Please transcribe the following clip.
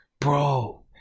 bro